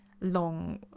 long